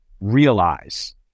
realize